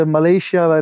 Malaysia